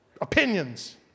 opinions